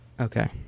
Okay